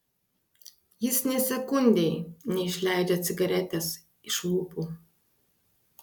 jis nė sekundei neišleidžia cigaretės iš lūpų